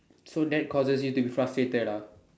so that cause you to be frustrated lah